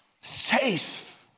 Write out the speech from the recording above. safe